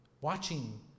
watching